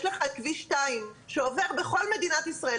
יש לך את כביש 2, שעובר בכל מדינת ישראל.